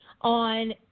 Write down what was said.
on